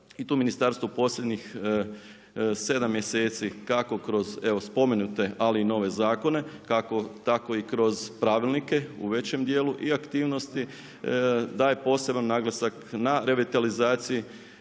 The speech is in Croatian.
i tu ministarstvo posljednjih 7 mjeseci, kako kroz spomenute ali i nove zakone, tako i kroz pravilnike u većem dijelu i aktivnosti, daje poseban naglasak na revitalizaciji